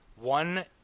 One